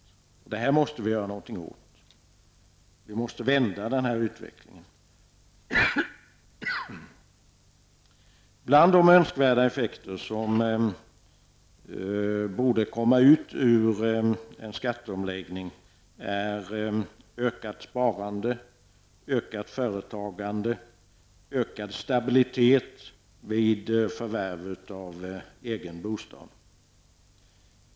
Det måste vi göra någonting åt. Vi måste vända den här utvecklingen. Bland de önskvärda effekter som borde komma ut av en skatteomläggning finns ökat sparande, ökat företagande och ökad stabilitet vid förvärv av egen bostad.